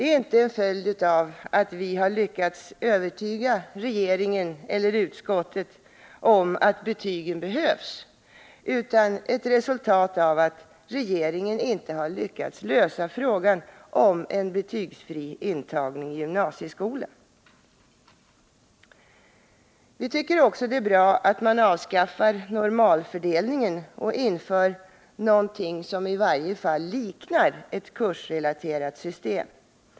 — är inte en följd av att vi lyckats övertyga regeringen eller utskottet om att betygen behövs utan ett resultat av att regeringen inte lyckats lösa frågan om en betygsfri intagning i gymnasieskolan. Vi tycker också att det är bra att man avskaffar normalfördelningen och inför någonting som i varje fall liknar ett kursrelaterat system.